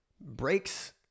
breaks